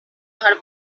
her